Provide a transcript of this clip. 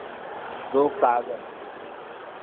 दो काग़ज